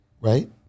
right